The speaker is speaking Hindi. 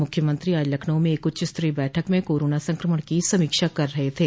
मुख्यमंत्री आज लखनऊ मे एक उच्चस्तरीय बैठक में कोरोना संक्रमण की समीक्षा कर रहे थे